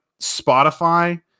Spotify